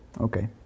okay